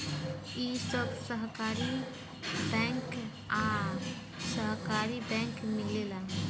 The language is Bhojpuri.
इ सब सहकारी बैंक आ सरकारी बैंक मिलेला